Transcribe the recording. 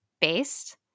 based